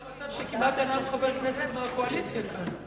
אנחנו נמצאים במצב שכמעט אין אף חבר כנסת מהקואליציה כאן.